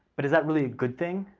but is that really a good thing?